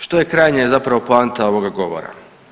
I što je krajnje zapravo poanta ovoga govora?